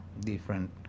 different